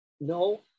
No